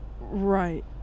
Right